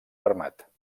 armat